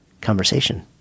conversation